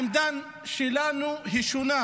העמדה שלנו שונה